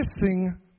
missing